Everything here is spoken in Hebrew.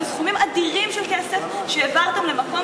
וזה סכומים אדירים של כסף שהעברתם למקום